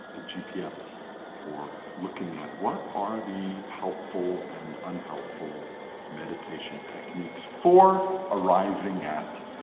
the gps for looking at what are the helpful and unhelpful meditation techniques for arriving at